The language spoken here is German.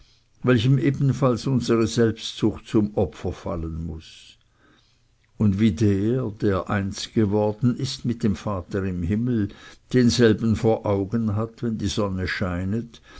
welchem ebenfalls unsere selbstsucht zum opfer fallen muß und wie der der eins geworden ist mit dem vater im himmel denselben vor augen hat wenn die sonne scheinet